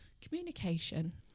Communication